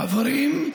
חברים,